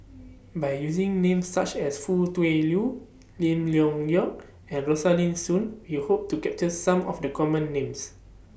By using Names such as Foo Tui Liew Lim Leong Geok and Rosaline Soon We Hope to capture Some of The Common Names